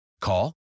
Call